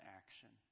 action